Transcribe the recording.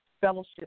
Fellowship